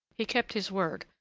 he kept his word,